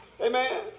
Amen